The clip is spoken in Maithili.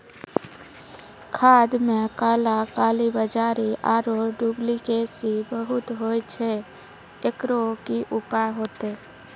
खाद मे काला कालाबाजारी आरु डुप्लीकेसी बहुत होय छैय, एकरो की उपाय होते?